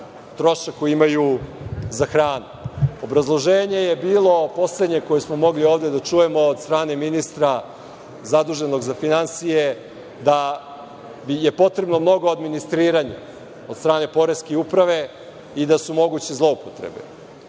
trošak koji imaju za hranu. Obrazloženje je bilo, poslednje koje smo mogli ovde da čujemo od strane ministra zaduženog za finansije, da je potrebno mnogo administriranja od strane poreske uprave i da su moguće zloupotrebe.